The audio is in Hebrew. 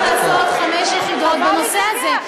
צריך לעשות חמש יחידות בנושא הזה.